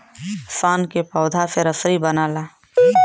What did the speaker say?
सन के पौधा से रसरी बनला